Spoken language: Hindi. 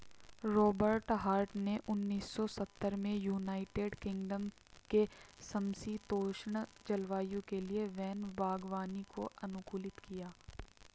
रॉबर्ट हार्ट ने उन्नीस सौ सत्तर में यूनाइटेड किंगडम के समषीतोष्ण जलवायु के लिए वैन बागवानी को अनुकूलित किया